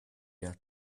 der